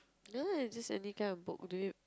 no lah it's just any kind of book do you